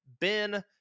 Ben